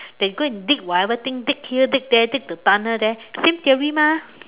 they go and dig whatever thing dig here dig there dig the tunnel there same theory mah